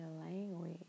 language